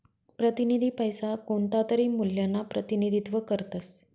प्रतिनिधी पैसा कोणतातरी मूल्यना प्रतिनिधित्व करतस